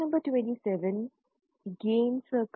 नमस्कार